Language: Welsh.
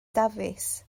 dafis